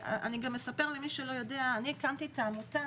אספר למי שלא יודע אני הקמתי את העמותה